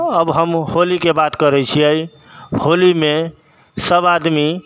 अब हम होलीके बात करै छिए होलीमे सब आदमी